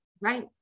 Right